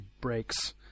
breaks